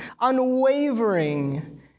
unwavering